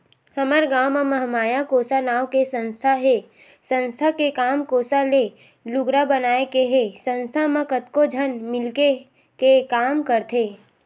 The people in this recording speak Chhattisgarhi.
हमर गाँव म महामाया कोसा नांव के संस्था हे संस्था के काम कोसा ले लुगरा बनाए के हे संस्था म कतको झन मिलके के काम करथे